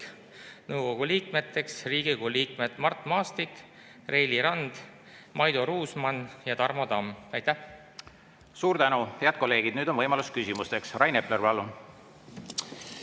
nõukogu liikmeteks Riigikogu liikmed Mart Maastik, Reili Rand, Maido Ruusmann ja Tarmo Tamm. Aitäh! Suur tänu! Head kolleegid, nüüd on võimalus küsimusteks. Rain Epler,